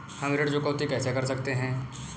हम ऋण चुकौती कैसे कर सकते हैं?